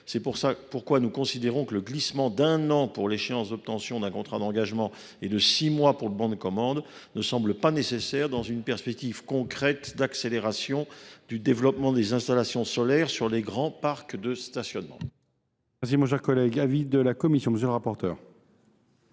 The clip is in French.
était leur souhait. Ainsi, le glissement d’un an pour l’échéance de l’obtention d’un contrat d’engagement et de six mois pour le bon de commande ne nous semble pas nécessaire, dans une perspective concrète d’accélération du développement des installations solaires sur les grands parcs de stationnement.